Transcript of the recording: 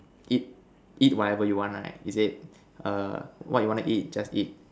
eat eat whatever you want right is it err what you want to eat just eat